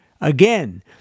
again